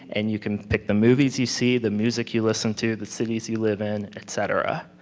and you can pick the movies you see, the music you listen to, the cities you live in etc.